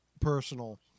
personal